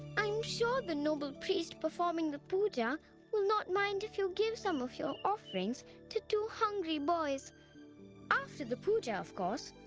i'm sure the noble priest performing the puja will not mind if you give some of your offerings to two hungry boys after the puja, of course.